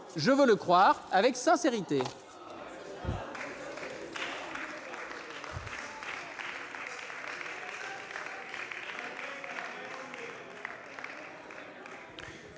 je veux le croire, avec sincérité.